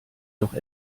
doch